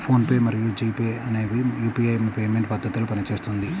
phone pay మరియు G pay అనేవి UPI payment పద్ధతిలో పనిచేస్తుంది